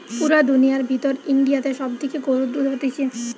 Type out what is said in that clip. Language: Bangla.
পুরা দুনিয়ার ভিতর ইন্ডিয়াতে সব থেকে গরুর দুধ হতিছে